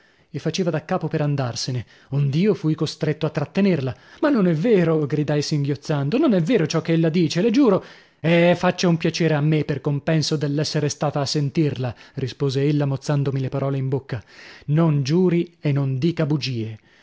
e faceva da capo per andarsene ond'io fui costretto a trattenerla ma non è vero gridai singhiozzando non è vero ciò ch'ella dice le giuro eh faccia un piacere a me per compenso dell'essere stata a sentirla rispose ella mozzandomi le parole in bocca non giuri e non dica bugie